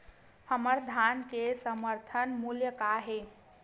हमर धान के समर्थन मूल्य का हे?